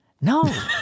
No